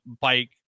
bike